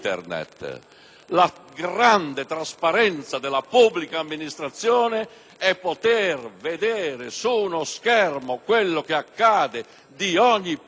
La grande trasparenza della pubblica amministrazione è poter vedere su uno schermo quel che accade di ogni pratica